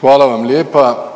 Hvala vam lijepa.